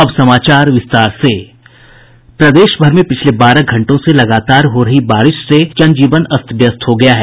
प्रदेश भर में पिछले बारह घंटों से लगातार हो रही भारी से जनजीवन अस्त व्यस्त हो गया है